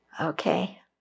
Okay